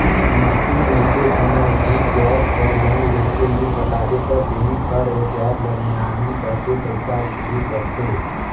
machine नइते कोनो भी जाएत बर लोन लेके नी पटाबे ता बेंक हर ओ जाएत ल लिलामी करके पइसा वसूली करथे